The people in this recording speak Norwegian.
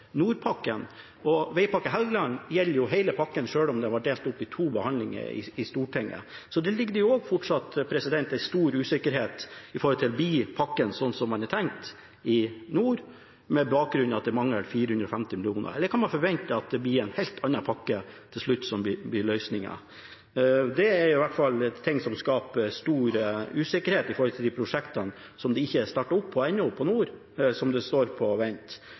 nordpakken, og Vegpakke E6 Helgeland gjelder hele pakken selv om det ble delt opp i to behandlinger i Stortinget. Så det ligger jo fortsatt en stor usikkerhet knyttet til om pakkene blir som man hadde tenkt i nord, med bakgrunn at det mangler 450 mill. kr, eller om man kan forvente at det blir en helt annen pakke som til slutt blir løsningen. Det er i hvert fall ting som skaper stor usikkerhet knyttet til prosjektene som ikke er startet opp ennå i nord, og som står på vent.